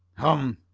hum,